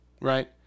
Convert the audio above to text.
right